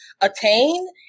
attain